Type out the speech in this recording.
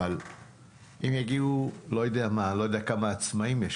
אבל אם יגיעו אני לא יודע כמה עצמאיים יש,